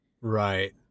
right